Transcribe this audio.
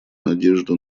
надежду